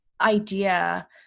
idea